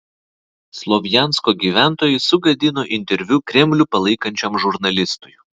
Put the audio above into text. slovjansko gyventojai sugadino interviu kremlių palaikančiam žurnalistui